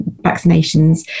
vaccinations